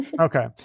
Okay